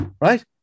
Right